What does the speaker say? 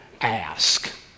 ask